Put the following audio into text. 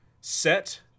set